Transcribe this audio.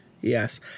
Yes